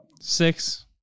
six